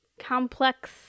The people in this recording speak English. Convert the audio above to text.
complex